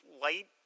light